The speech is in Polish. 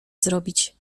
zrobić